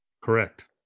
Correct